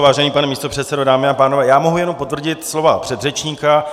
Vážený pane místopředsedo, dámy a pánové, já mohu jenom potvrdit slova předřečníka.